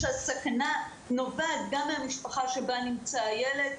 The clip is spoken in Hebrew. כשהסכנה נובעת גם מהמשפחה שבה נמצא הילד,